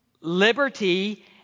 liberty